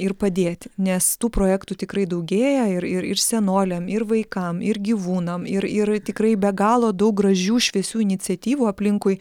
ir padėti nes tų projektų tikrai daugėja ir ir senoliams ir vaikams ir gyvūnam ir ir tikrai be galo daug gražių šviesių iniciatyvų aplinkui